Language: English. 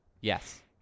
yes